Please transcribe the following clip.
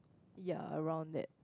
ya around that